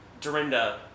Dorinda